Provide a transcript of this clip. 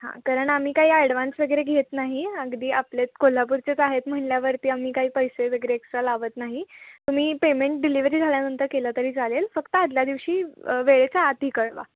हां कारण आम्ही काही ॲडव्हान्स वगैरे घेत नाही अगदी आपल्या कोल्हापूरचेच आहेत म्हटल्यावरती आम्ही काही पैसे वगैरे एक्ट्रा लावत नाही तुम्ही पेमेंट डिलेव्हरी झाल्यानंतर केलं तरी चालेल फक्त आधल्या दिवशी वेळेच्या आधी कळवा